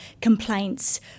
complaints